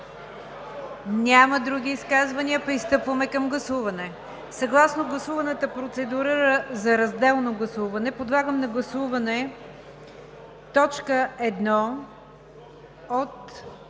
ли други изказвания? Няма. Пристъпваме към гласуване. Съгласно гласуваната процедура за разделно гласуване подлагам на гласуване т. 1 от